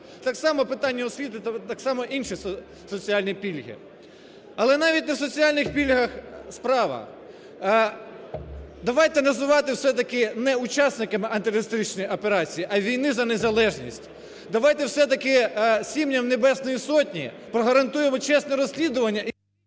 так само питання освіти, так само інші соціальні пільги. Але навіть не в соціальних пільгах справа. Давайте називати все-таки не учасниками антитерористичної операції, а війни за Незалежність. Давайте все-таки сім'ям Небесної Сотні погарантуємо чесне розслідування